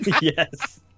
Yes